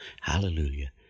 hallelujah